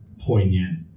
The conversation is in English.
poignant